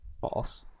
False